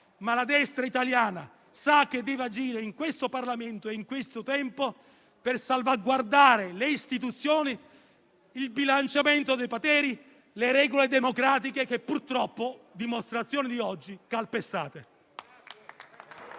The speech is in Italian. ma la destra italiana sa che deve agire in questo Parlamento e in questo tempo per salvaguardare le istituzioni, il bilanciamento dei Poteri e le regole democratiche che purtroppo, con la dimostrazione odierna, calpestate.